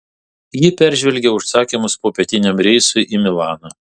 ji peržvelgė užsakymus popietiniam reisui į milaną